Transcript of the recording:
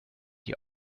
die